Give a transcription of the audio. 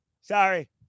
sorry